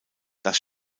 dass